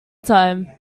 time